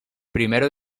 primero